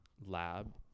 lab